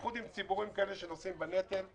במיוחד עם ציבור כזה שנושא בנטל,